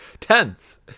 Tense